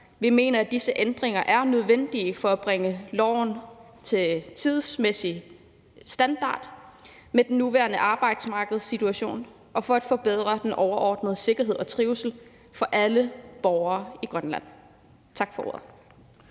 Vi mener, at disse ændringer er nødvendige for at bringe loven på en tidsmæssig standard med den nuværende arbejdsmarkedssituation og for at forbedre den overordnede sikkerhed og trivsel for alle borgere i Grønland. Tak for ordet.